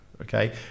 Okay